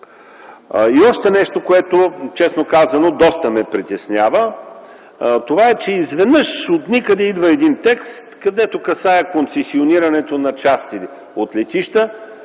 Още нещо, което честно казано доста ме притеснява. Това е, че изведнъж отникъде идва един текст, който касае концесионирането на части от летища